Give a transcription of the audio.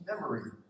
memory